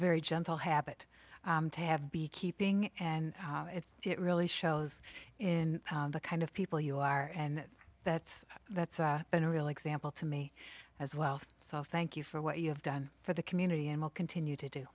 very gentle habit to have bee keeping and it really shows in the kind of people you are and that's that's been a real example to me as well saw thank you for what you have done for the community and will continue to do